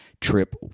trip